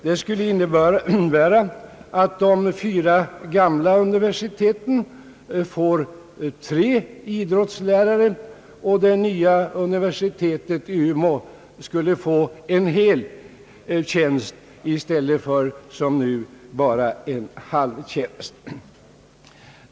Det skulle innebära att de fyra gamla universiteten får tre idrottslärare i stället för två, och att det nya universitetet i Umeå skulle få en hel tjänst i stället för nu bara en halv tjänst.